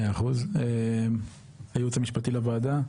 מאה אחוז, הייעוץ המשפטי לוועדה?